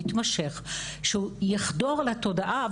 מתמשך שהוא יחדור לתודעה,